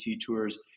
tours